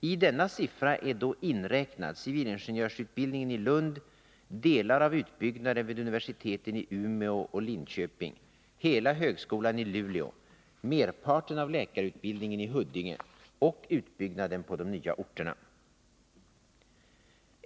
I denna siffra är då inräknad civilingenjörsutbildningen i Lund, delar av utbyggnaden vid universiteten i Umeå och Linköping, hela högskolan i Luleå, merparten av läkarutbildningen i Huddinge och utbyggnaden på de nya orterna.